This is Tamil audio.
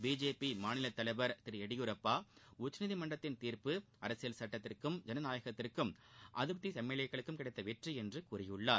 பிஜேபி மாநிலத்தலைவர் திரு எடியூரப்பா உச்சநீதிமன்றத்தின் தீர்ப்பு அரசியல் சுட்டத்திற்கும் ஜனநாயகத்திற்கும் அதிருப்தி எம்எல்ஏக்களுக்கும் கிடைத்த வெற்றி என்று கூறியுள்ளார்